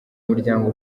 muryango